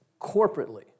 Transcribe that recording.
corporately